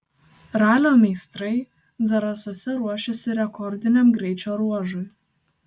ralio meistrai zarasuose ruošiasi rekordiniam greičio ruožui